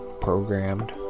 programmed